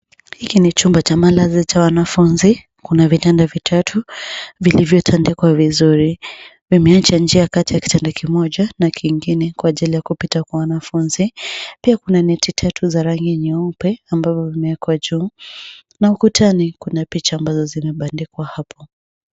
Hii ni chumba cha malazi cha wanafunzikuna vitanda vitatu vilivyotandikwa vizuri. Ni.eacha njia dhidi ya kitanda kimoja na kingine kuchelea kupita kwa wanafunzi. Pia kuna neti tatu za rangi nyeupe ambavyo vimeekwa juu na ukutani kuna picha ambazo zimebandikwa hapo.